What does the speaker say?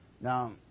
Now